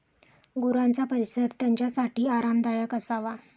गुरांचा परिसर त्यांच्यासाठी आरामदायक असावा